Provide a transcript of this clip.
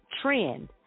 trend